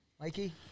Mikey